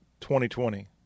2020